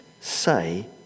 say